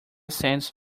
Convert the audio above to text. cents